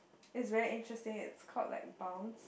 it's very interesting it's called like bounce